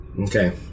Okay